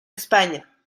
españa